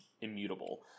immutable